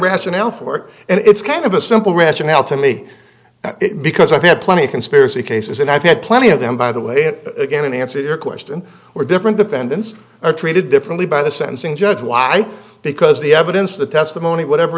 rationale for it and it's kind of a simple rationale to me because i had plenty of conspiracy cases and i've had plenty of them by the way again and answered your question were different defendants are treated differently by the sentencing judge why because the evidence the testimony whatever